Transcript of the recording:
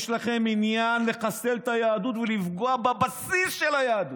יש לכם עניין לחסל את היהדות ולפגוע בבסיס של היהדות.